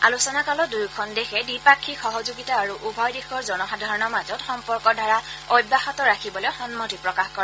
আলোচনা কালত দুয়োখন দেশে দ্বিপাক্ষিক সহযোগিতা আৰু উভয় দেশৰ জনসাধাৰণৰ মাজৰ সম্পৰ্কৰ ধাৰা অব্যাহত ৰাখিবলৈ সন্মতি প্ৰকাশ কৰে